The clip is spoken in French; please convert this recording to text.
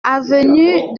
avenue